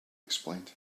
explained